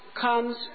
comes